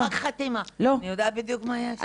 יש רק חתימה, אני יודעת בדיוק מה יש.